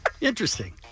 Interesting